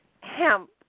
hemp